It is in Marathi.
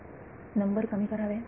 विद्यार्थी नंबर कमी करावे